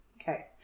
Okay